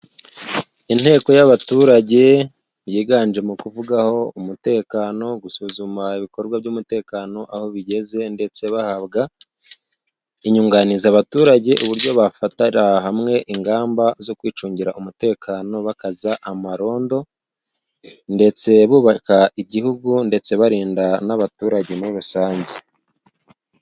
Inteko y'abaturage yiganje mu kuvugaho umutekano, gusuzuma ibikorwa by'umutekano aho bigeze ndetse bahabwa inyunganizi, abaturage uburyo bafatira hamwe ingamba zo kwicungira umutekano bakaza amarondo, ndetse bubaka igihugu ndetse barinda n'abaturage muri rusange.